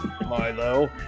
Milo